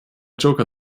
joker